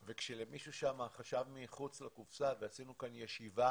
וכשמישהו שם חשב מחוץ לקופסה, ועשינו כאן ישיבה